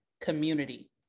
community